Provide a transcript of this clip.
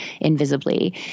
invisibly